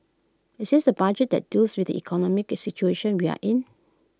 is this A budget that deals with the economic situation we are in